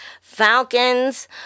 Falcons